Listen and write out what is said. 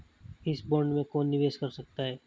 इस बॉन्ड में कौन निवेश कर सकता है?